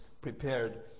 prepared